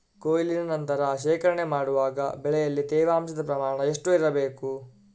ಕೊಯ್ಲಿನ ನಂತರ ಶೇಖರಣೆ ಮಾಡುವಾಗ ಬೆಳೆಯಲ್ಲಿ ತೇವಾಂಶದ ಪ್ರಮಾಣ ಎಷ್ಟು ಇರಬೇಕು?